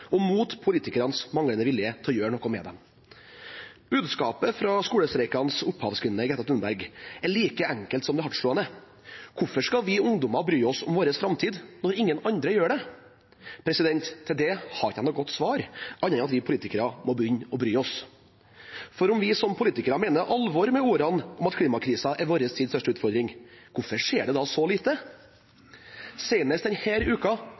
og mot politikernes manglende vilje til å gjøre noe med dem. Budskapet fra skolestreikenes opphavskvinne, Greta Thunberg, er like enkelt som det er hardtslående: Hvorfor skal vi ungdommer bry oss om vår framtid når ingen andre gjør det? Til det har jeg ikke noe godt svar, annet enn at vi politikere må begynne å bry oss. For om vi som politikere mener alvor med ordene om at klimakrisen er vår tids største utfordring, hvorfor skjer det da så lite?